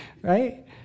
right